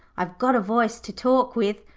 i've got a voice to talk with.